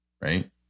Right